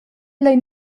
lein